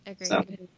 Agreed